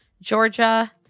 Georgia